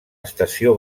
estació